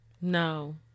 no